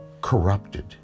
corrupted